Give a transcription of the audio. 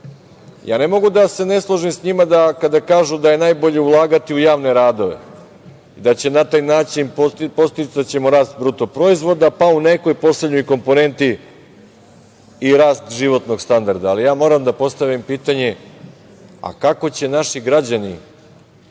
Ja ne mogu sa se ne složim sa njima da kada kažu da je najbolje ulagati u javne radove i da će na taj način podsticaćemo rast BDP-a, pa u nekoj poslednjoj komponenti i rast životnog standarda, ali ja moram da postavim pitanje –kako će naši građani,